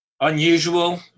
unusual